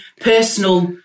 personal